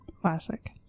Classic